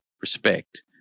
respect